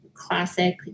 classic